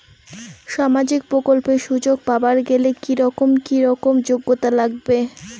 সামাজিক প্রকল্পের সুযোগ পাবার গেলে কি রকম কি রকম যোগ্যতা লাগিবে?